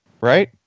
Right